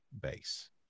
base